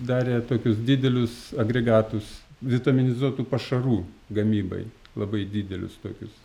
darė tokius didelius agregatus vitaminizuotų pašarų gamybai labai didelius tokius